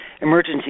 Emergency